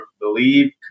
believe